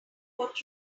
what